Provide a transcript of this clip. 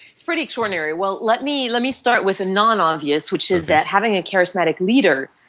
it's pretty extraordinary. well let me let me start with a non-obvious which is that having a charismatic leader